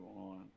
on